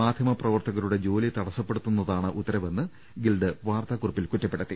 മാധ്യമ പ്രവർത്തകരുടെ ജോലി തടസ്സപ്പെടു ത്തുന്നതാണ് ഉത്തരവെന്ന് ഗിൽഡ് വാർത്താകുറിപ്പിൽ കുറ്റപ്പെടുത്തി